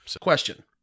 Question